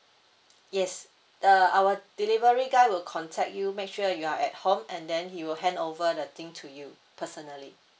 yes uh our delivery guy will contact you make sure you are at home and then he will hand over the thing to you personally